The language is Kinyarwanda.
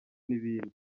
n’ibindi